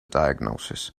diagnosis